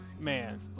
man